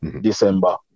December